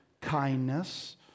kindness